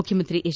ಮುಖ್ಯಮಂತ್ರಿ ಎಚ್